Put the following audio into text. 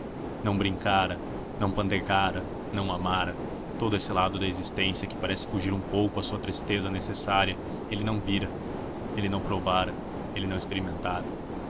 não brincara não pandegara não amara todo esse lado da existência que parece fugir um pouco à sua tristeza necessária ele não vira ele não provara ele não experimentara